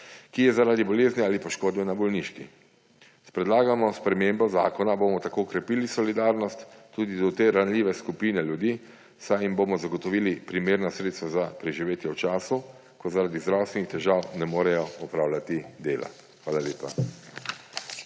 ki je zaradi bolezni ali poškodbe na bolniški. S predlagano spremembo zakona bomo tako okrepili solidarnost tudi do te ranljive skupine ljudi, saj jim bomo zagotovili primerna sredstva za preživetje v času, ko zaradi zdravstvenih težav ne morejo opravljati dela. Hvala lepa.